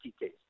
case